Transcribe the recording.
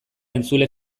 entzule